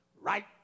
Right